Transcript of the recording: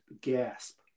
gasp